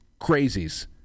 crazies